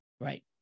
Right